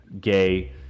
gay